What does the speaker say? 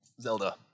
Zelda